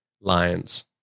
Lions